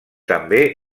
també